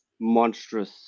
monstrous